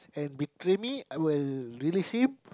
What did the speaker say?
and betray me I will release him